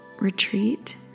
retreat